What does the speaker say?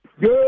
Good